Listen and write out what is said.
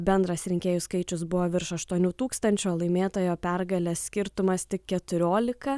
bendras rinkėjų skaičius buvo virš aštuonių tūkstančių o laimėtojo pergalės skirtumas tik keturiolika